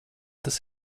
tas